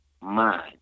mind